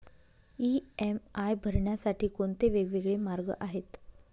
EMI भरण्यासाठी कोणते वेगवेगळे मार्ग आहेत?